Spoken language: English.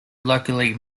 locally